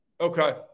okay